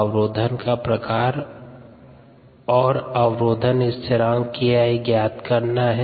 अवरोधन का प्रकार और अवरोधक स्थिरांक kI ज्ञात करना है